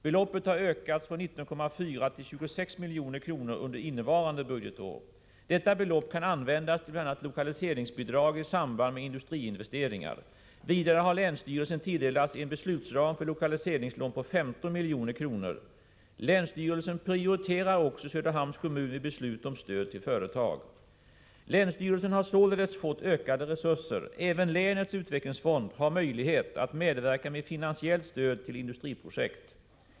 Beloppet har ökats från 19,4 till 26 milj.kr. under innevarande budgetår. Detta belopp kan användas till bl.a. lokaliseringsbidrag i samband med industriinvesteringar. Vidare har länsstyrelsen tilldelats en beslutsram för lokaliseringslån på 15 milj.kr. Länsstyrelsen prioriterar också Söderhamns kommun vid beslut om stöd till företag. Länsstyrelsen har således fått ökade resurser. Även länets utvecklingsfond har möjlighet att medverka med finansiellt stöd till industriprojekt.